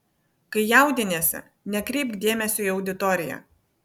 kai jaudiniesi nekreipk dėmesio į auditoriją